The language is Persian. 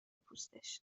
پوستش